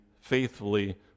faithfully